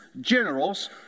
generals